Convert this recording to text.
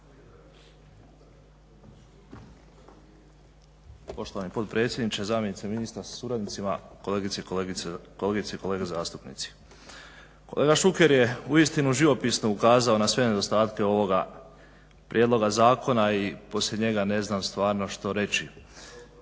Poštovani potpredsjedniče, zamjenice ministra sa suradnicima, kolegice i kolege zastupnici. Kolega Šuker je uistinu živopisno ukazao na sve nedostatke ovoga prijedloga zakona i poslije njega ne znam stvarno što reći.